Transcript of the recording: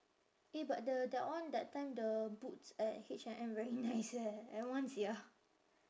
eh but the that one that time the boots at H&M very nice eh I want sia